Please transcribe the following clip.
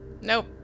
Nope